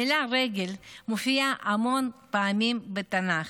המילה "רגל" מופיעה המון פעמים בתנ"ך,